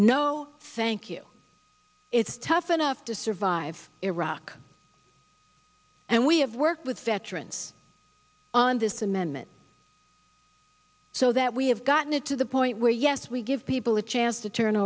no thank you it's tough enough to survive iraq and we have worked with veterans on this amendment so that we have gotten to the point where yes we give people a chance to turn